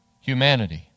humanity